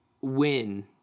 win